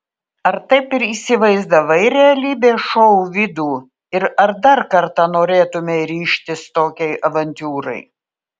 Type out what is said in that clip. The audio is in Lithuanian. ar taip ir įsivaizdavai realybės šou vidų ir ar dar kartą norėtumei ryžtis tokiai avantiūrai